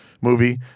movie